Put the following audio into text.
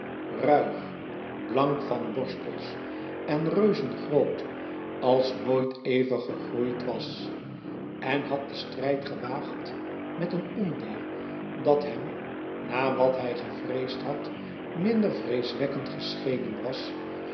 ruig blank van borstels en reuzengroot als nooit ever gegroeid was en had den strijd gewaagd met een ondier dat hem na wat hij gevreesd had minder vreeswekkend geschenen was